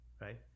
right